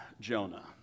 Jonah